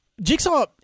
Jigsaw